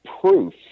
proof